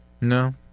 No